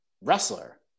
wrestler